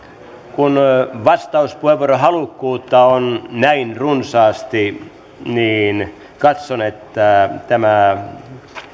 kun vastauspuheenvuorohalukkuutta on näin runsaasti niin katson että tämä